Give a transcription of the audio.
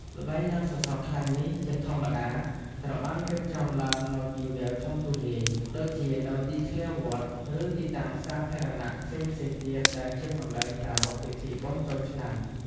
ល្បែងឡើងសសរខ្លាញ់នេះជាធម្មតាត្រូវបានរៀបចំឡើងនៅទីវាលធំទូលាយ ដូចជានៅទីធ្លាវត្ត ឬទីតាំងសាធារណៈផ្សេងៗទៀតដែលជាកន្លែងប្រារព្ធពិធីបុណ្យចូលឆ្នាំ។